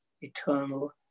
eternal